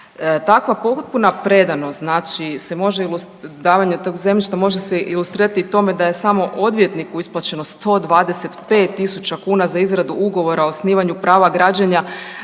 Takva potpuna predanost znači se može, davanje tog zemljišta može se ilustrirati tome da je samo odvjetniku isplaćeno 125 tisuća kuna za izradu ugovora o osnivanju prava građenja,